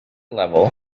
level